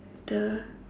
the